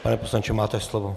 Pane poslanče, máte slovo.